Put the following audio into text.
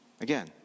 Again